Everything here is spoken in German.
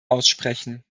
aussprechen